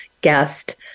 guest